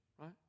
Right